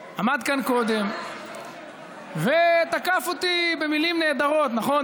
עמד כאן קודם ותקף אותי במילים נהדרות, נכון?